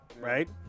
right